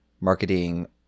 marketing